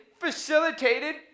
facilitated